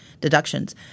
deductions